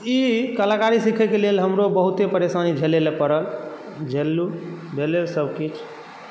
ई कलाकारी सिखयके लेल हमरो बहुते परेशानी झेलै लए पड़ल झेललहुँ भेलै सभ किछु